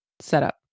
setup